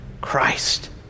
Christ